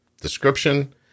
description